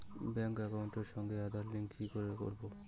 Bank একাউন্টের সঙ্গে Aadhaar link কি করে করবো?